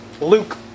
Luke